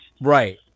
Right